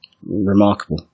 remarkable